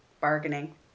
bargaining